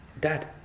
Dad